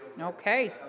okay